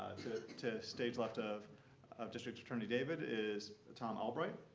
to stage left of of district attorney david is tom albright.